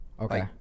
okay